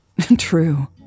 True